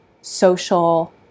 social